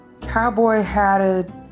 cowboy-hatted